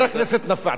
חבר הכנסת נפאע,